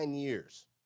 years